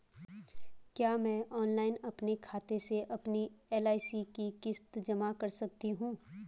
क्या मैं ऑनलाइन अपने खाते से अपनी एल.आई.सी की किश्त जमा कर सकती हूँ?